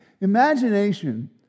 Imagination